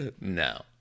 No